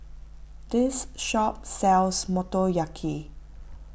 this shop sells Motoyaki